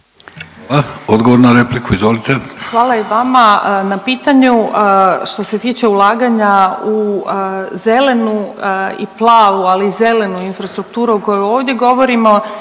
Odgovor na repliku, izvolite. **Đurić, Spomenka** Hvala i vama na pitanju. Što s tiče ulaganja u zelenu i plavu, ali i zelenu infrastrukturu o kojoj ovdje govorimo